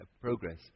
progress